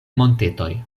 montetoj